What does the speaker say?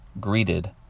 greeted